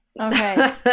Okay